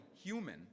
human